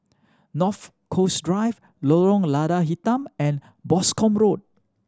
North Coast Drive Lorong Lada Hitam and Boscombe Road